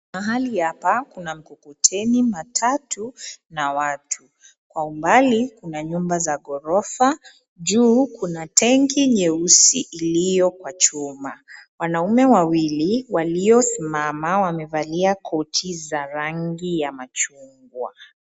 Mahali hapa kuna mkokoteni, matatu na watu. Kwa umbali kuna nyumba za ghorofa. Juu kuna tengi nyeusi iliyo kwa chuma. Wanaume wawili waliosimama wamevalia koti za rangi ya machungwa.